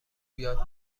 یاد